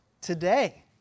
today